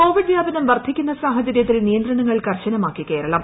Covid വൃാപനം വർദ്ധിക്കുന്ന സാഹചരൃത്തിൽ ന് നിയന്ത്രണങ്ങൾ കർശനമാക്കി കേരളം